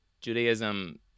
judaism